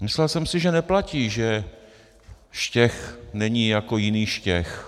Myslel jsem si, že neplatí, že Štech není jako jiný Štěch.